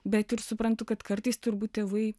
bet ir suprantu kad kartais turbūt tėvai